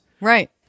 Right